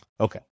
Okay